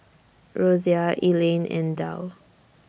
Rosia Elayne and Dow